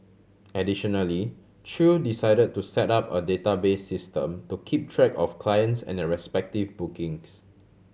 additionally Chew decide to set up a database system to keep track of clients and their respective bookings